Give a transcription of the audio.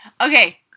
Okay